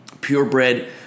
purebred